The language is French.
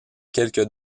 quelques